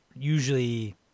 usually